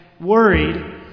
worried